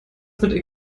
mit